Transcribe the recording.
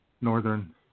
northern